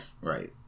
Right